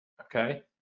okay